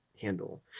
handle